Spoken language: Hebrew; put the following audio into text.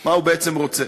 מה הוא בעצם רוצה.